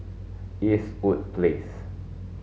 Eastwood Place